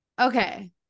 Okay